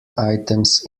items